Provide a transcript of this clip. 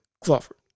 Crawford